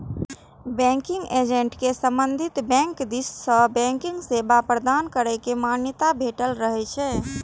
banking agent कें संबंधित bank दिस सं बैंकिंग सेवा प्रदान करै के मान्यता भेटल रहै छै